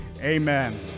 amen